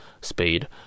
speed